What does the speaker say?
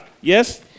Yes